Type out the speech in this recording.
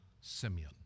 Simeon